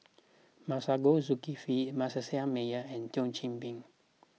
Masagos Zulkifli Manasseh Meyer and Thio Chan Bee